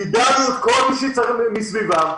יידענו את כל מי שצריך מסביבם,